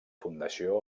fundació